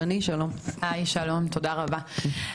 תודה רבה.